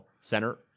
center